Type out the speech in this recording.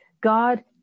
God